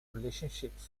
relationships